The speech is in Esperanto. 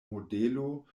modelo